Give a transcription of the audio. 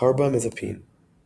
carbamazepine –